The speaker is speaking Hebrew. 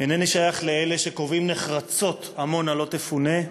אינני שייך לאלה שקובעים נחרצות: עמונה לא תפונה,